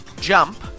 jump